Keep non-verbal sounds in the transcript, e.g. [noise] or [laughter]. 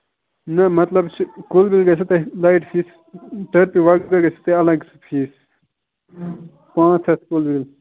نہ مطلب چھِ کُل گژھِ تۄہہِ نایِٹ فیٖس [unintelligible] لَگہِ سُہ فیٖس پانٛژھ ہَتھ